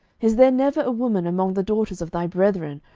is there never a woman among the daughters of thy brethren,